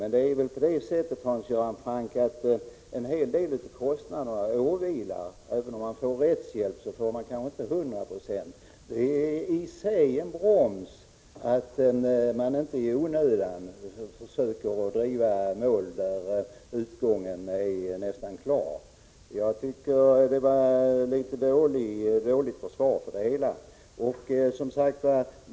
Men en hel del av kostnaderna, Hans Göran Franck, åvilar patienten i sådana här fall — även om den sökande får ersättning för rättshjälp får han det kanske inte till hundra procent. Det är i sig en broms för att man inte i onödan skall försöka driva mål där utgången är nästan klar. Jag tycker därför att det syfte med bestämmelsen som Hans Göran Franck hänvisade till var ett dåligt försvar för den.